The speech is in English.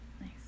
nice